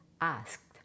asked